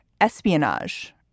espionage